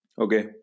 Okay